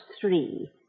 three